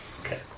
Okay